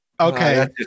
Okay